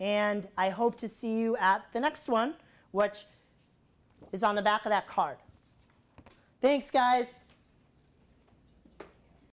and i hope to see you at the next one what is on the back of that card thanks guys